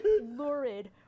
lurid